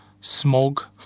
Smog